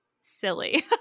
silly